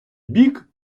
бік